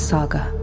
Saga